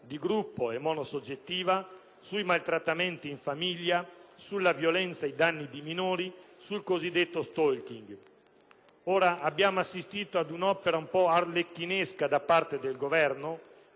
di gruppo e monosoggettiva, sui maltrattamenti in famiglia, sulla violenza ai danni di minori e sul cosiddetto *stalking*. Ora abbiamo assistito ad un'opera un po' arlecchinesca da parte del Governo